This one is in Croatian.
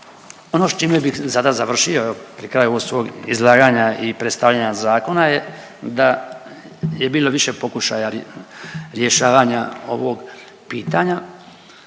Ono s čime bih sada završio pri kraju ovog svog izlaganja i predstavljanja zakona je da je bilo biše pokušaja rješavanja ovog pitanja,